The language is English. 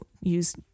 use